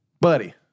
buddy